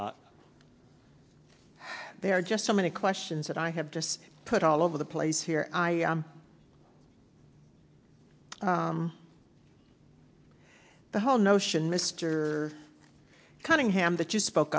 there are just so many questions that i have just put all over the place here i am the whole notion mr cunningham that you spoke